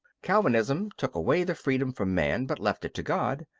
calvinism took away the freedom from man, but left it to god.